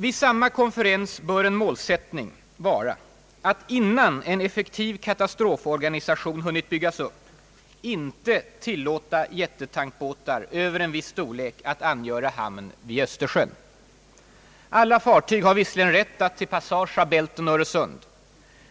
Vid samma konferens bör en mål sättning vara att innan en effektiv katastroforganisation hunnit byggas upp inte tillåta jättetankbåtar över en viss storlek att angöra hamn vid Östersjön. Alla fartyg har visserligen rätt till passage genom Bälten och Öresund.